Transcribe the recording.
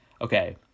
Okay